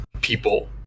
people